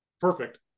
perfect